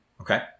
Okay